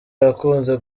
yakunze